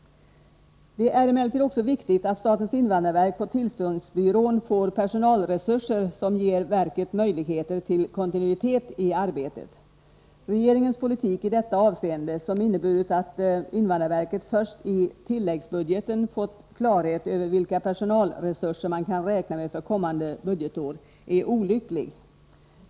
Det är viktigt att statens invandrarverk på tillståndsbyrån får personalresurser som ger verket möjligheter till kontinuitet i arbetet. Regeringens politik i detta avseende, som inneburit att statens invandrarverk först i tilläggsbudget fått klarhet över vilka personalresurser man kan räkna med för kommande budgetår, är olycklig.